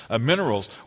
minerals